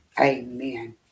amen